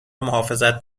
محافظت